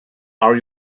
are